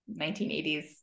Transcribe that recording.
1980s